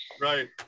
Right